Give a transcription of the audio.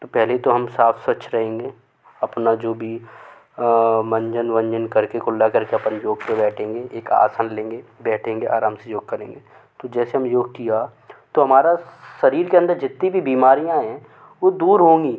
तो पहले तो हम साफ़ स्वच्छ रहेंगे अपना जो भी मंजन वंजन कर के कुल्ला कर के अपन योग पर बैठेंगे एक आसन लेंगे बैठेंगे आराम से योग करेंगे तो जैसे हम योग किया तो हमारे शरीर के अंदर जितनी भी बीमारियां हैं वो दूर होंगी